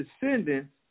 descendants